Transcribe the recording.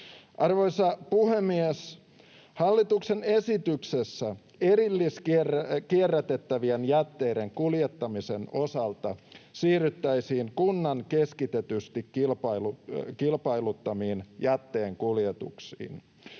Arvoisa puhemies! Hallituksen esityksessä erilliskierrätettävien jätteiden kuljettamisen osalta siirryttäisiin kunnan keskitetysti kilpailuttamiin jätteenkuljetuksiin.